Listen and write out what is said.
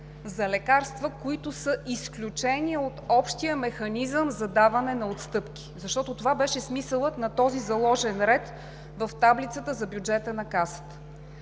„за лекарства, които са изключение от общия механизъм за даване на отстъпки“. Защото това беше смисълът на този заложен ред в таблицата за бюджета на Касата.